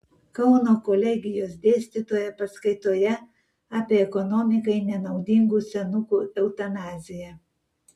kauno kolegijos dėstytoja paskaitoje apie ekonomikai nenaudingų senukų eutanaziją